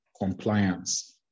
compliance